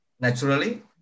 naturally